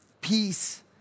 peace